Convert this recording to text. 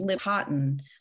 cotton